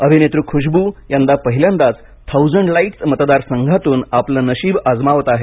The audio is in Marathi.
अभिनेत्री खुशबू यंदा पहिल्यांदाच थाउजंड लाईट्स मतदार संघातून आपलं नशीब आजमावत आहेत